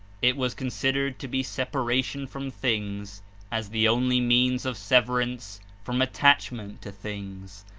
it was considered to be separation from things as the only means of severance from attach ment to things.